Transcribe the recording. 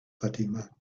fatima